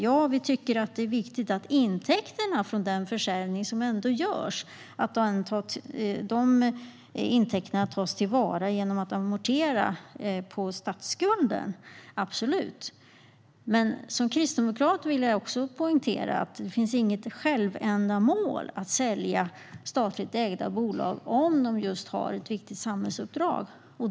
Ja, vi tycker att det är viktigt att intäkterna från den försäljning som ändå görs tas till vara genom att man amorterar på statsskulden - absolut. Men som kristdemokrat vill jag poängtera att det inte finns något självändamål i att sälja statligt ägda bolag om de har ett viktigt samhällsuppdrag.